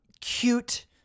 cute